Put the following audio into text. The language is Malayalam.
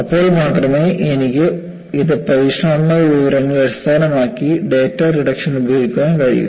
അപ്പോൾ മാത്രമേ എനിക്ക് ഇത് പരീക്ഷണാത്മക വിവരങ്ങളെ അടിസ്ഥാനമാക്കി ഡാറ്റ റിഡക്ഷന് ഉപയോഗിക്കാൻ കഴിയൂ